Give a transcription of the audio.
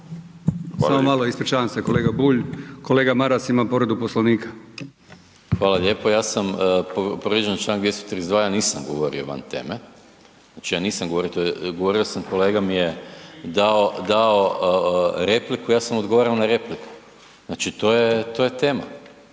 Samo malo, ispričavam se kolega Bulj, kolega Maras ima povredu Poslovnika. **Maras, Gordan (SDP)** Hvala lijepo. Ja sam, povrijeđen je članak 232. ja nisam govorio van teme, znači ja nisam govorio, govorio sam, kolega mi je dao replika, ja sam mu odgovarao na repliku. Znači to je tema.